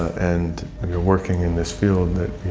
and um you're working in this field,